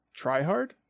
tryhard